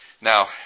Now